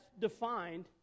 defined